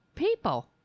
People